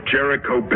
Jericho